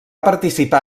participar